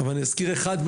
אבל אזכיר אחד,